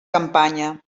campanya